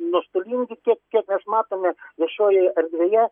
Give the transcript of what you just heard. nuostolingi tiek kiek mes matome viešojoj erdvėje